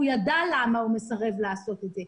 והוא ידע למה הוא מסרב לעשות את זה.